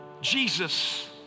Jesus